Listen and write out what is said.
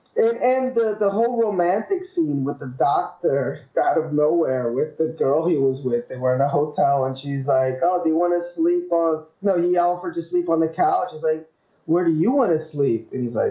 and the the whole romantic scene with the doctor that of no air with the girl he was with they were in a hotel and she's i ah do you want to sleep on no alfred to sleep on the couch is like where do you want to sleep? and he's like,